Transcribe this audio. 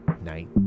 night